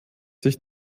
sich